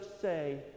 say